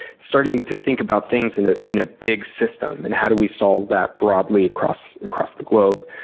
starting to think about things in ah in a big system and how do we solve that broadly across across the globe.